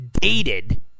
dated